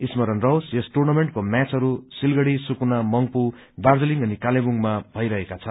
स्मरण रहोस यस टुर्नामेन्टको म्याचहरू सिलगढ़ी सुकुना मंग्पू दार्जीलिङ अनि कालेबुङमा भइरहेका छन्